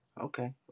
Okay